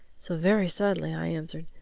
so very sadly i answered,